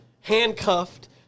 handcuffed